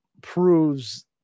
proves